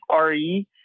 RE